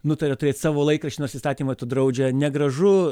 nutarė turėt savo laikraštį nors įstatymai draudžia negražu